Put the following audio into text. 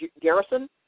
Garrison